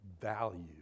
value